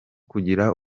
kugira